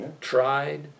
tried